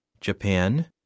Japan